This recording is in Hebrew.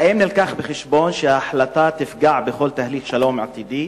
1. האם הובא בחשבון שההחלטה תפגע בכל תהליך שלום עתידי,